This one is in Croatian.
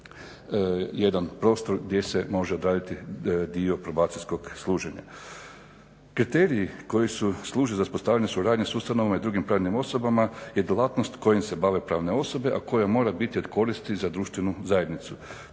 jedan prostor gdje se može odraditi dio probacijskog služenja. Kriteriji koji služe za uspostavljanje suradnje sa ustanovama i drugim pravnim osobama je djelatnost kojom se bave pravne osobe a koja mora biti od koristi za društvenu zajednicu.